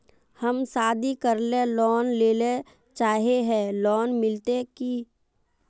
हम शादी करले लोन लेले चाहे है लोन मिलते की?